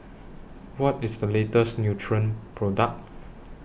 What IS The latest Nutren Product